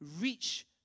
reach